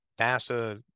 NASA